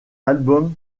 album